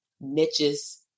niches